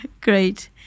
Great